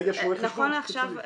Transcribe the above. ויש רואה חשבון --- נכון לעכשיו,